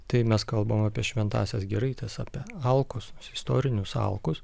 tai mes kalbam apie šventąsias giraites apie alkus istorinius alkus